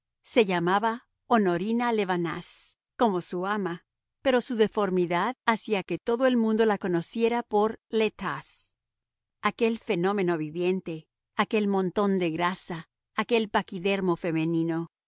se llamaba honorina lavenaze como su ama pero su deformidad hacía que todo el mundo la conociera por le tas aquel fenómeno viviente aquel montón de grasa aquel paquidermo femenino